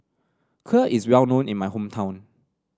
Kheer is well known in my hometown